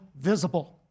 visible